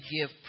give